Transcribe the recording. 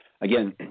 Again